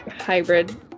hybrid